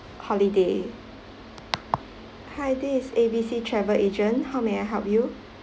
holiday hi this is A_B_C travel agent how may I help you